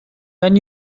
when